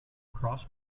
cross